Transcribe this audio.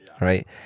right